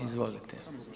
Izvolite.